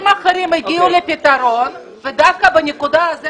הגיעו לפתרון ודווקא בנקודה הזאת